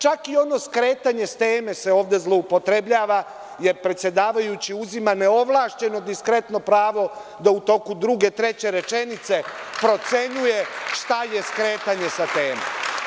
Čak i ono skretanje sa teme se ovde zloupotrebljava jer predsedavajući uzima neovlašćeno diskretno pravo da u toku druge, treće rečenice procenjuje šta je skretanje sa teme.